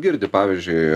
girdi pavyzdžiui